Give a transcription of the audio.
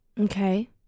Okay